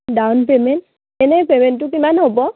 down payment এনেই পে'মেণ্টটো কিমান হ'ব